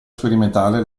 sperimentale